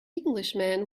englishman